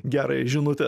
gerąją žinutę